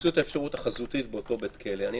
שימצאו את האפשרות החזותית באותו בית כלא.